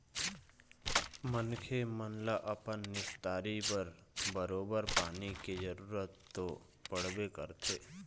मनखे मन ल अपन निस्तारी बर बरोबर पानी के जरुरत तो पड़बे करथे